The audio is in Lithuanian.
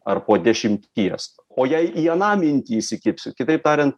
ar po dešimties o jei į aną mintį įsikibsiu kitaip tarian